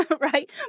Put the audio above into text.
right